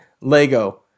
Lego